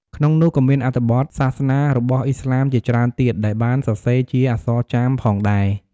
ក្នុងនោះក៏មានអត្ថបទសាសនារបស់អ៊ីស្លាមជាច្រើនទៀតដែលបានសរសេរជាអក្សរចាមផងដែរ។